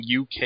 UK